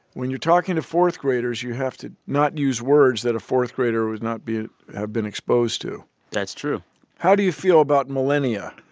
when you're talking to fourth-graders, you have to not use words that a fourth-grader would not be have been exposed to that's true how do you feel about millennia?